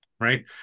right